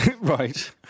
Right